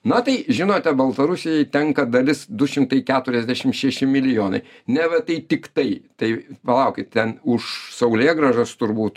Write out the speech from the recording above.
na tai žinote baltarusijai tenka dalis du šimtai keturiasdešim šeši milijonai neva tai tiktai tai palaukit ten už saulėgrąžas turbūt